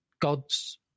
gods